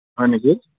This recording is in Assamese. হয় নেকি